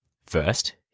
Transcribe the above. First